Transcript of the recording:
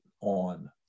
on